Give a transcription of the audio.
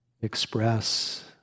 express